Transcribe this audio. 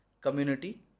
community